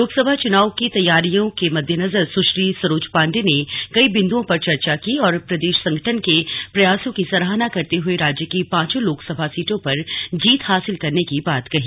लोकसभा चुनाव की तैयारियों के मद्देनजर सुश्री सरोज पांडे ने कई बिन्दुओं पर चर्चा की और प्रदेश संगठन के प्रयासों की सराहना करते हुए राज्य की पांचों लोकसभा सीटों पर जीत हासिल करने की बात कही